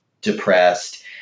depressed